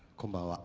tomorrow ah